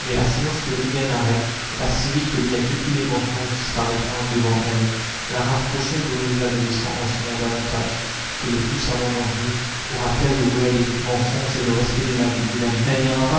mais la science que rien n'arrête va si vite que bientôt tous les mensonges disparaîtront devant elle la race prochaine dont les adolescents en sauront davantage que les plus savants d'entre nous aura-t-elle l'horreur des mensonges et le respect de la vie humaine elle n'ira pas